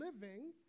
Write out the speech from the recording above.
living